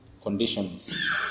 conditions